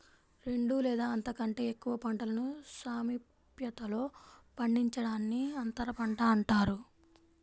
రెండు లేదా అంతకంటే ఎక్కువ పంటలను సామీప్యతలో పండించడాన్ని అంతరపంట అంటారు